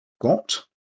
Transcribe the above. got